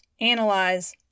analyze